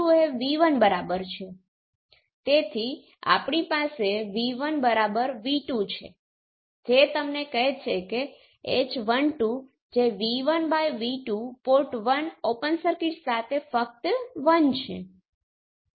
અલબત્ત આ બે પોર્ટ નેટવર્ક ખૂબ જ રસપ્રદ નથી કારણ કે જો બે પોર્ટ વચ્ચે કોઈ સંબંધ નથી તો તમે આખી વસ્તુને ફક્ત બે અલગ એક પોર્ટ નેટવર્ક તરીકે માની શકો છો